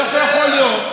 איך יכול להיות,